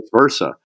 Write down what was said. versa